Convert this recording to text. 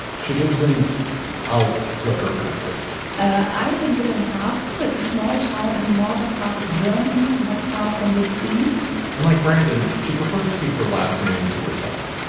she lives in i'll let her pronounce it i am in williams half that's a small town in northern part of germany not far from the sea and like brandon she prefers to keep her last name to herself.